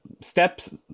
steps